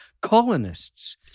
colonists